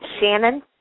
Shannon